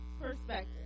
perspective